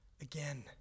again